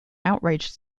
outraged